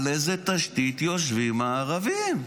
על איזו תשתית יושבים הערבים?